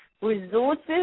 resources